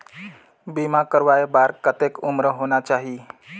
बीमा करवाय बार कतेक उम्र होना चाही?